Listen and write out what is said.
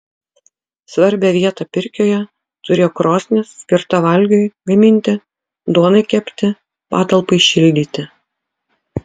svarbią vietą pirkioje turėjo krosnis skirta valgiui gaminti duonai kepti patalpai šildyti